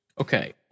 Okay